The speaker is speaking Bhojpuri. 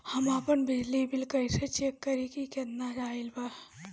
हम आपन बिजली बिल कइसे चेक करि की केतना आइल बा?